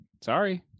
Sorry